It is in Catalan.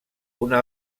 una